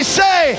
say